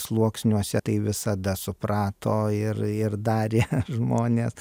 sluoksniuose tai visada suprato ir ir darė žmonės